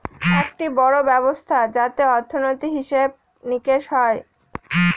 একটি বড়ো ব্যবস্থা যাতে অর্থনীতি, হিসেব নিকেশ হয়